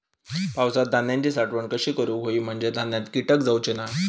पावसात धान्यांची साठवण कशी करूक होई म्हंजे धान्यात कीटक जाउचे नाय?